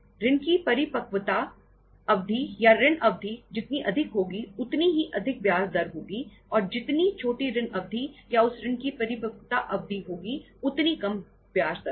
ऋण की परिपक्वता अवधि या ऋण अवधि जितनी अधिक होगी उतनी ही अधिक ब्याज दर होगी और जितनी छोटी ऋण अवधि या उस ऋण की परिपक्वता अवधि होगी उतनी कम ब्याज दर होगी